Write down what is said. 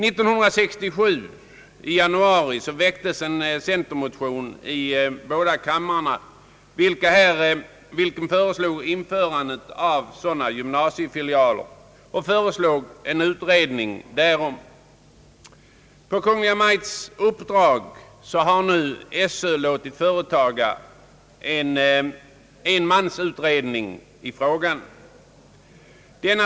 I januari 1967 väcktes centermotioner i båda kamrarna i vilka föreslogs inrättande av sådana filialer och en utredning därom. På Kungl. Maj:ts uppdrag har nu skolöverstyrelsen låtit företaga en enmansutredning i frågan.